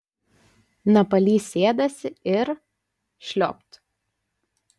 napalys sėdasi ir šliopt